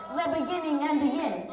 beginning and the end.